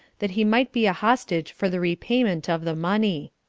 that he might be a hostage for the repayment of the money.